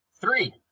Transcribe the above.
three